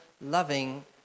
loving